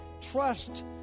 trust